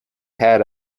had